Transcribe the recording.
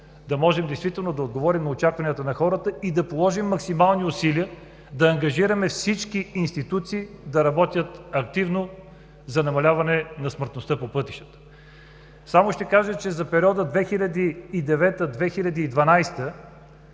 да можем действително да отговорим на очакванията на хората, да положим максимални усилия да ангажираме всички институции да работят активно за намаляване на смъртността по пътищата. Само ще кажа, че за периода 2009-2012